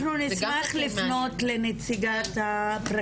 אנחנו נשמח לפנות לפרקליטות,